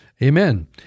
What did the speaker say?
Amen